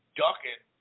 ducking